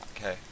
Okay